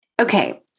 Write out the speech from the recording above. Okay